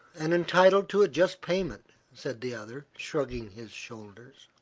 and entitled to a just payment, said the other, shrugging his shoulders.